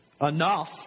enough